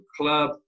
club